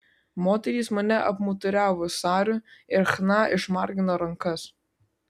moterys mane apmuturiavo sariu ir chna išmargino rankas